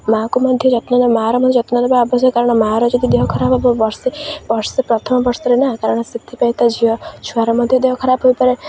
ମା'କୁ ମଧ୍ୟ ଯତ୍ନ ନେବା ମାଆର ମଧ୍ୟ ଯତ୍ନ ନେବା ଆବଶ୍ୟକ କାରଣ ମାଆର ଯଦି ଦେହ ଖରାପ ହବ ବର୍ଷେ ବର୍ଷେ ପ୍ରଥମ ବର୍ଷରେ ନା କାରଣ ସେଥିପାଇଁ ତା' ଝିଅ ଛୁଆର ମଧ୍ୟ ଦେହ ଖରାପ ହୋଇପାରେ